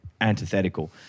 antithetical